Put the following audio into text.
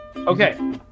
Okay